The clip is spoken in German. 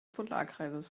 polarkreises